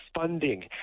funding